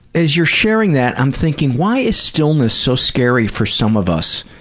as you're sharing that, i'm thinking, why is stillness so scary for some of us?